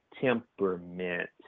temperament